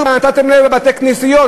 ונתתם להם בתי-כנסיות,